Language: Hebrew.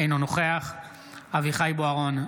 אינו נוכח אביחי אברהם בוארון,